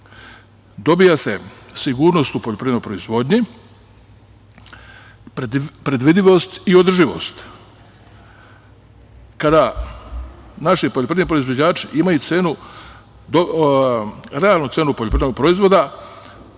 dobija se sigurnost u poljoprivrednoj proizvodnji, predvidivost i održivost. Kada naši poljoprivredni proizvođači imaju realnu cenu poljoprivrednog proizvoda